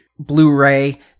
blu-ray